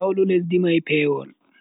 Hawlu lesdi mai pewol.